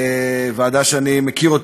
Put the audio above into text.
ועדה שאני מכיר,